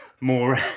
more